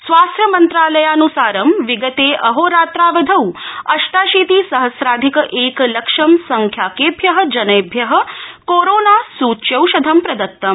स्वास्थ्य मन्त्रालयानुसारं विगते अहोरात्रावधौ अष्टाशीति सहस्राधिक एक लक्षं संख्याकेभ्य जनेभ्य कोरोना सच्यौषधं प्र त्तम्